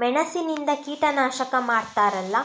ಮೆಣಸಿನಿಂದ ಕೀಟನಾಶಕ ಮಾಡ್ತಾರಲ್ಲ,